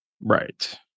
Right